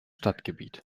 stadtgebiet